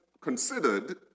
considered